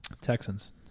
Texans